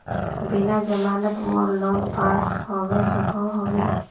बिना जमानत मोर लोन पास होबे सकोहो होबे?